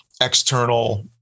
external